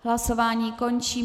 Hlasování končím.